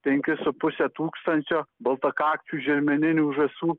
penkis su puse tūkstančio baltakakčių želmeninių žąsų